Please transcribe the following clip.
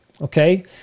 okay